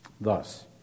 Thus